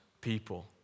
people